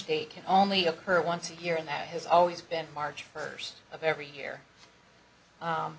date can only occur once a year and that has always been march first of every year